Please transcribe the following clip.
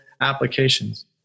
applications